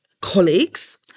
colleagues